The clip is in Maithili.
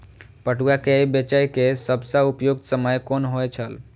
पटुआ केय बेचय केय सबसं उपयुक्त समय कोन होय छल?